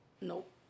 Nope